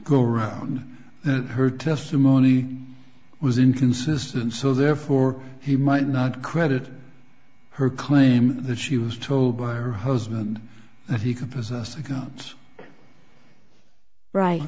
go around that her testimony was inconsistent so therefore he might not credit her claim that she was told by her husband that he could possess a gun right